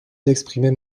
d’exprimer